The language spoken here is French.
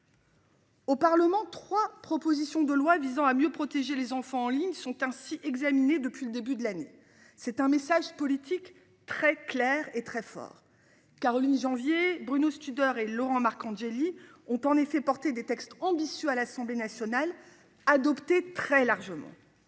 Au Parlement, 3 propositions de loi visant à mieux protéger les enfants en ligne sont ainsi examinés depuis le début de l'année. C'est un message politique très clair et très fort. Caroline janvier Bruno Studer et Laurent Marcangeli, ont en effet porté des textes ambitieux à l'Assemblée nationale a adopté très largement.